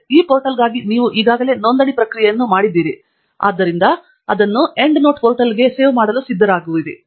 ಈ ಪೋರ್ಟಲ್ಗಾಗಿ ನೀವು ಈಗಾಗಲೇ ನೋಂದಣಿ ಪ್ರಕ್ರಿಯೆಯನ್ನು ಮಾಡಿದ್ದೀರಿ ಆದ್ದರಿಂದ ನೀವು ಅದನ್ನು ಎಂಡ್ ನೋಟ್ ಪೋರ್ಟಲ್ಗೆ ಉಳಿಸಲು ಸಿದ್ಧರಾಗಿರುವಿರಿ